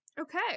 Okay